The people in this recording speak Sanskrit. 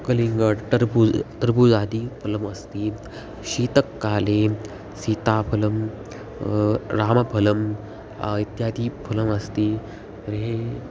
कलिङ्ग टर्बुज़् टर्बूज़ादिफलम् अस्ति शीतकाले सीताफलं रामफलम् इत्यादीनि फलमस्ति तर्हि